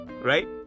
Right